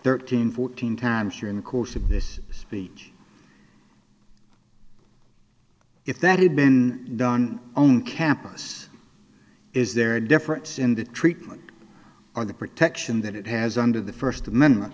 thirteen fourteen times during the course of this speech if that had been done on campus is there a difference in the treatment or the protection that it has under the first amendment